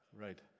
Right